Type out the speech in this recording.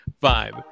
five